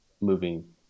moving